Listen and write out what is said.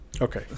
Okay